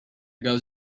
goes